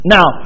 Now